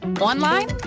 online